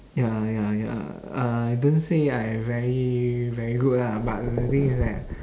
ya ya ya lah I don't say I very very good lah but the thing is that